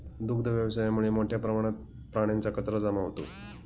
दुग्ध व्यवसायामुळे मोठ्या प्रमाणात प्राण्यांचा कचरा जमा होतो